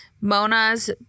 Mona's